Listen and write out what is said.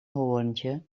hoorntje